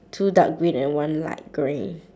two dark green and one light grey